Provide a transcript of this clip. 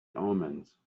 omens